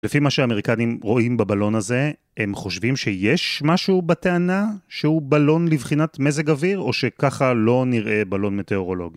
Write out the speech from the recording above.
לפי מה שהאמריקנים רואים בבלון הזה, הם חושבים שיש משהו בטענה שהוא בלון לבחינת מזג אוויר? או שככה לא נראה בלון מטאורולוגי.